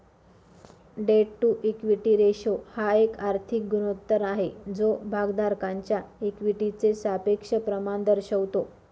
date to equity ratio हा एक आर्थिक गुणोत्तर आहे जो भागधारकांच्या इक्विटीचे सापेक्ष प्रमाण दर्शवतो